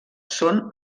són